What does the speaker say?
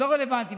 לא רלוונטי,